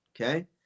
okay